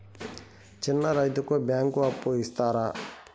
చిన్న రైతుకు బ్యాంకు అప్పు ఇస్తారా?